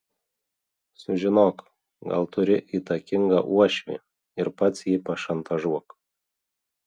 sužinok gal turi įtakingą uošvį ir pats jį pašantažuok